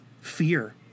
fear